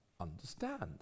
understand